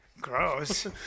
gross